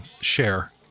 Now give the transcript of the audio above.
share